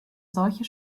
solche